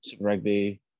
rugby